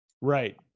Right